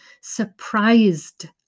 surprised